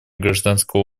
гражданского